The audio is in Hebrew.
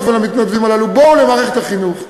למתנדבות ולמתנדבים הללו, בואו למערכת החינוך,